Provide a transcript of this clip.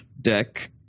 deck